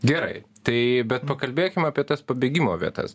gerai tai bet pakalbėkim apie tas pabėgimo vietas